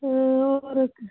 ओह् रुक